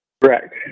Correct